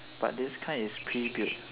but this kind is pre built